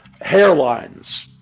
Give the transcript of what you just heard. hairlines